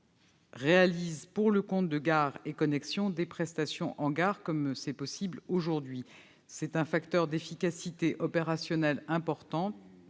réalisent, pour le compte de Gares & Connexions, des prestations en gare, comme cela est déjà possible aujourd'hui. C'est un facteur d'efficacité opérationnelle important